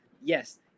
yes